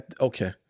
Okay